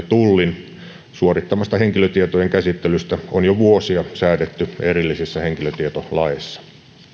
tullin suorittamasta henkilötietojen käsittelystä on jo vuosia säädetty erillisissä henkilötietolaeissa